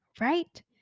right